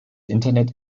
internet